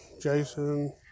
Jason